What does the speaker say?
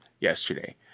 yesterday